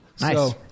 Nice